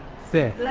six